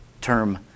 term